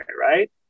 right